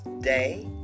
day